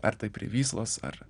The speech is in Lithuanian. ar tai prie vyslos ar